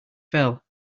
fell